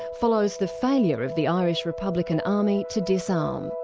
follows the failure of the irish republican army to disarm.